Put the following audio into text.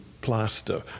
plaster